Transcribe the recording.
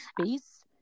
space